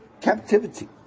captivity